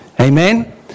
Amen